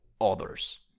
others